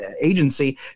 agency